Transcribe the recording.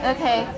Okay